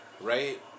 Right